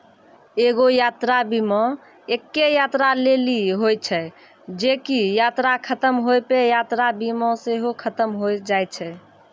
एगो यात्रा बीमा एक्के यात्रा लेली होय छै जे की यात्रा खतम होय पे यात्रा बीमा सेहो खतम होय जाय छै